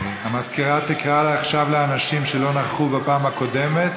המזכירה תקרא עכשיו לאנשים שלא נכחו בפעם הקודמת.